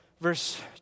verse